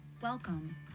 Welcome